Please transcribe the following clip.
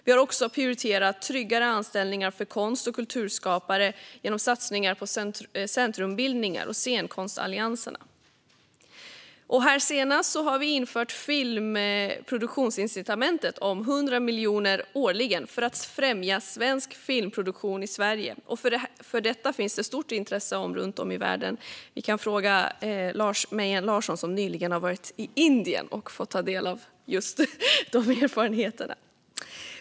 Vi har prioriterat tryggare anställningar för konst och kulturskapare genom satsningar på centrumbildningar och scenkonstallianserna. Nu senast har vi infört ett filmproduktionsincitament om 100 miljoner årligen för att främja svensk filmproduktion i Sverige. För detta finns det ett stort intresse runt om i världen. Ni kan fråga Lars Mejern Larsson, som nyligen har varit i Indien och fått ta del av de erfarenheterna.